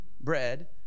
bread